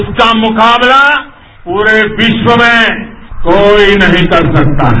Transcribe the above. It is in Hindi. उसका मुकाबला पूरे विश्व में कोई नहीं कर सकता है